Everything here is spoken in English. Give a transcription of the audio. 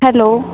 hello